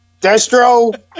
Destro